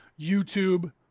YouTube